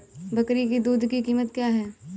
बकरी की दूध की कीमत क्या है?